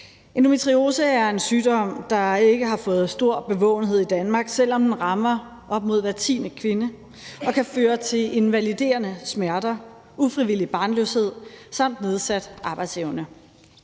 Endometriose er en sygdom, der ikke har fået stor bevågenhed i Danmark, selv om den rammer op imod hver tiende kvinde og kan føre til invaliderende smerter, ufrivillig barnløshed samt nedsat arbejdsevne.